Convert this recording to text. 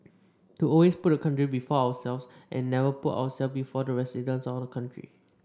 to always put the country before ourselves and never put ourselves before the residents or the country